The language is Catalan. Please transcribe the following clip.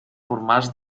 formals